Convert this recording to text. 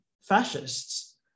fascists